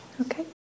Okay